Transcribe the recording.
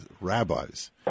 rabbis